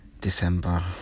December